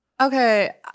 Okay